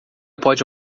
pode